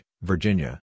Virginia